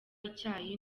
icyayi